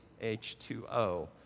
H2O